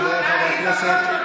חבריי חברי הכנסת,